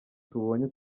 tubonye